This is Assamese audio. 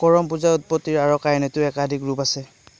কৰম পূজাৰ উৎপত্তিৰ আঁৰৰ কাহিনীটোৰ একাধিক ৰূপ আছে